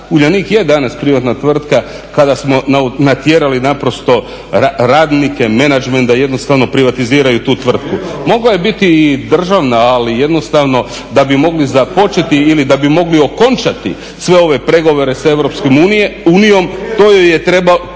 Uljanik je danas privatna tvrtka kada smo natjerali naprosto radnike, menadžment da jednostavno privatiziraju tu tvrtku. Mogla je biti državna ali jednostavno da bi mogli započeti ili da bi mogli okončati sve ove pregovore sa EU tu obvezu je trebao